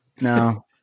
No